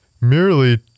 merely